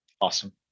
Awesome